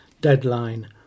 deadline